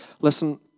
Listen